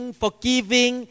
forgiving